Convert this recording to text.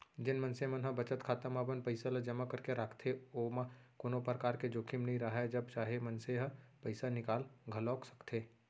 जेन मनसे मन ह बचत खाता म अपन पइसा ल जमा करके राखथे ओमा कोनो परकार के जोखिम नइ राहय जब चाहे मनसे ह पइसा निकाल घलौक सकथे